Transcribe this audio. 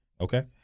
okay